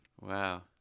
Wow